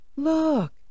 Look